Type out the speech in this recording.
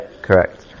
correct